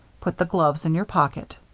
put the gloves in your pocket.